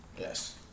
Yes